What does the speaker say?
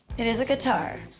it is a guitar.